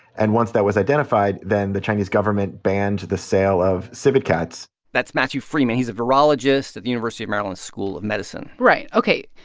and once that was identified, then the chinese government banned the sale of civet cats that's matthew frieman. he's a virologist at the university of maryland school of medicine right. ok.